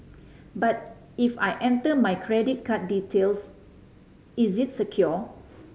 but if I enter my credit card details is it secure